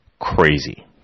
crazy